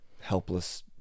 helpless